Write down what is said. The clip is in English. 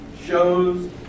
shows